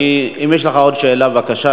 אדוני, אם יש לך עוד שאלה, בבקשה.